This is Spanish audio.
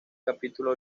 capítulo